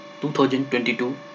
2022